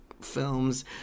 films